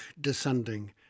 descending